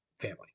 family